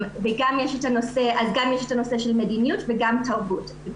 יש גם הנושא של מדיניות וגם תרבות.